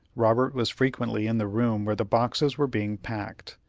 robert was frequently in the room where the boxes were being packed,